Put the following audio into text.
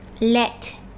Let